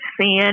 sin